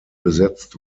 besetzt